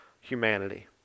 humanity